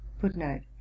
Footnote